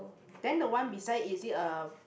then the one beside is it a